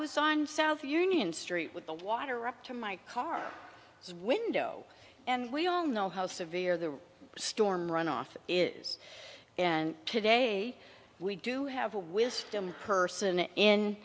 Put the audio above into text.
was on south union street with the water up to my car as window and we all know how severe the storm runoff is and today we do have a wisdom person in